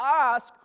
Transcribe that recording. ask